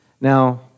Now